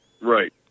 Right